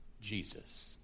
Jesus